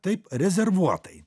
taip rezervuotai